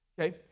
okay